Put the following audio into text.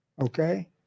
Okay